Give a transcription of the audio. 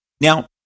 Now